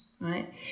right